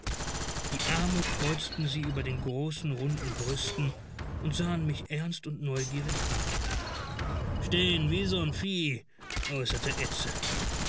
die arme kreuzten sie über den großen runden brüsten und sahen mich ernst und neugierig an stehn wie so'n vieh äußerte edse